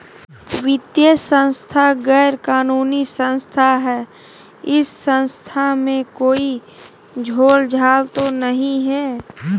वित्तीय संस्था गैर कानूनी संस्था है इस संस्था में कोई झोलझाल तो नहीं है?